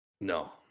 No